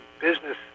business